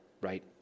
right